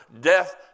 death